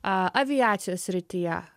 aviacijos srityje